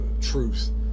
truth